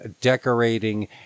decorating